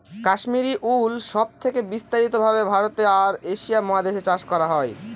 Kashmiri wool সব থেকে বিস্তারিত ভাবে ভারতে আর এশিয়া মহাদেশে চাষ করা হয়